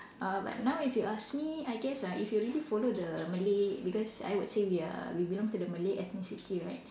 uh but now if you ask me I guess uh if you really follow the Malay because I would say we are we belong to the Malay ethnicity right